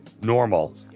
normal